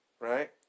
Right